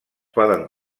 poden